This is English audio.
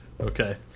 Okay